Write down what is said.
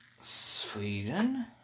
Sweden